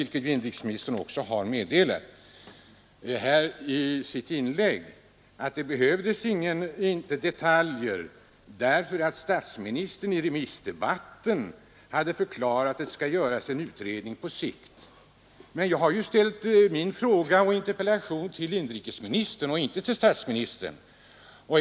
Herr inrikesministern meddelade också i sitt inlägg att det inte behövdes några detaljer därför att statsministern i remissdebatten hade förklarat att det skall göras en utredning på sikt. Men jag har ställt min interpellation till inrikesministern och inte till statsministern.